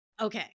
Okay